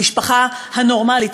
המשפחה הנורמלית.